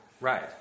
Right